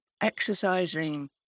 exercising